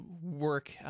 work